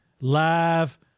live